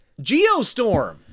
Geostorm